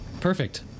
Perfect